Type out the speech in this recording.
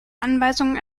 anweisungen